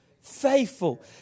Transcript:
Faithful